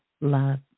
love